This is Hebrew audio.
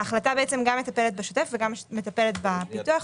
ההחלטה גם מטפלת בשוטף וגם מטפלת בפיתוח.